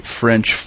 French